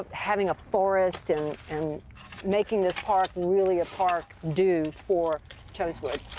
having a forest and and making this park really a park do for chosewood?